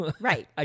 Right